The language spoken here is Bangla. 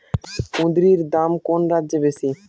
কুঁদরীর দাম কোন রাজ্যে বেশি?